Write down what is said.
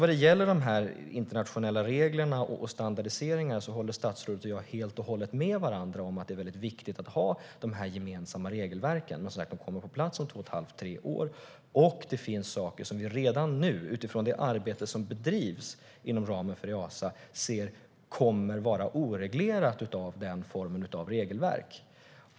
När det gäller internationella regler och standardiseringar håller statsrådet och jag helt och hållet med varandra om att det är väldigt viktigt att ha de gemensamma regelverken. Men, som sagt, de kommer på plats om två och ett halvt till tre år. Och det finns saker som vi redan nu, utifrån det arbete som bedrivs inom ramen för Easa, ser kommer att vara oreglerade i den formen av regelverk.